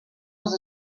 les